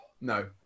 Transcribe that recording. No